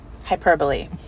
Hyperbole